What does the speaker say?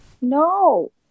No